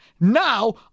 Now